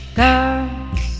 girls